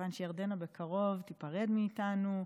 מכיוון שירדנה בקרוב תיפרד מאיתנו.